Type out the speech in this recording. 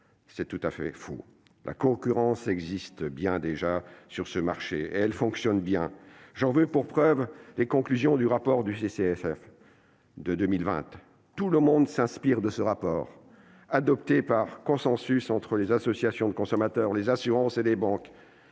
c'est tout à fait faux. La concurrence existe déjà sur ce marché, et elle fonctionne bien. J'en veux pour preuve les conclusions du rapport du CCSF de 2020. Tout le monde s'inspire de ce travail, adopté par consensus entre les associations de consommateurs, les assurances et les banques,